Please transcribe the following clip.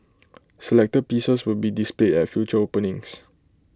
selected pieces will be displayed at future openings